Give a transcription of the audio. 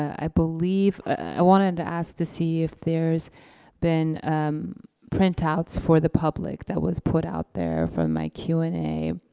i believe, i wanted to ask to see if there's been printouts for the public that was put out there from my q and a